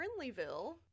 Friendlyville